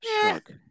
shrug